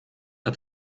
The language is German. hat